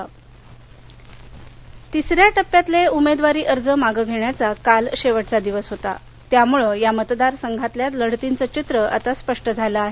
अर्ज मागे तिसऱ्या टप्प्यातले उमेदवारी अर्ज मागे घेण्याचा काल शेवटचा दिवस होता त्यामुळे या मतदार संघातल्या लढतींच चित्र आता स्पष्ट झालं आहे